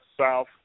South